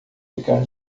ficar